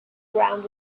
ground